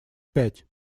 пять